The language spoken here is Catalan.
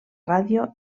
ràdio